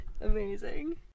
Amazing